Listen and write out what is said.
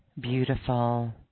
Beautiful